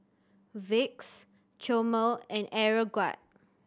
Vicks Chomel and Aeroguard